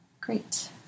Great